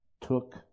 took